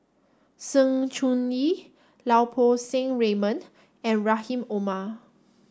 Sng Choon Yee Lau Poo Seng Raymond and Rahim Omar